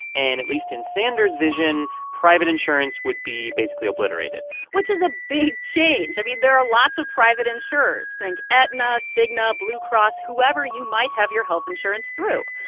and, at least in sanders' vision, private insurance would be basically obliterated which is a big change. i mean, there are lots of private insurers. think aetna, cigna, blue cross, whoever you might have your health insurance through.